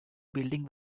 building